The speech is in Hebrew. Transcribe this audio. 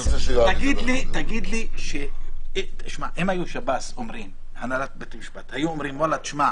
שמע, אם שב"ס, הנהלת בתי המשפט היו אומרים: תשמע,